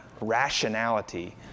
rationality